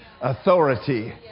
authority